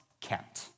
kept